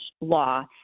law